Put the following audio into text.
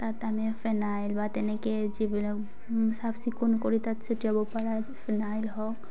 তাত আমি ফেনাইল বা তেনেকৈ যিবিলাক চাফ চিকুণ কৰি তাত ছঁটিয়াব পৰা ফেনাইল হওক